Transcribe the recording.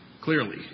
Clearly